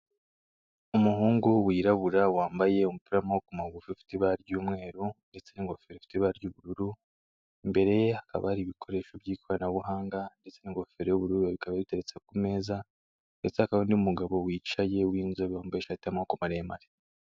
Umuhungu wirabura wambaye umupira w'amaboko magufi ufite ibara ry'umweru ndetse n'ingofero fite ibara ry'ubururu imbereye hakaba hari ibikoresho by'ikoranabuhanga ndetse n'ingofero y'ubururu bikaba biteretse ku meza, ndetse hakaba hari n'umugabo wicaye w'inzobe wambaye ishati y'amaboko maremare.